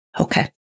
Okay